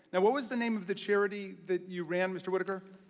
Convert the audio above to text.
and what was the name of the charity that you ran, mr. whitaker?